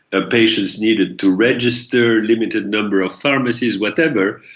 ah patients needed to register, limited number of pharmacies, whatever.